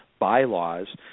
bylaws